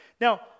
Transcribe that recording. Now